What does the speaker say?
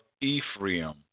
Ephraim